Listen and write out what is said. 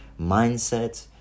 mindset